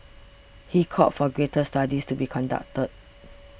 he called for greater studies to be conducted